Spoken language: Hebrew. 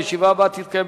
יישר כוח.